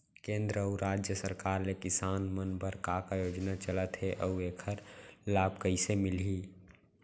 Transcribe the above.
केंद्र अऊ राज्य सरकार ले किसान मन बर का का योजना चलत हे अऊ एखर लाभ कइसे मिलही?